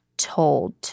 told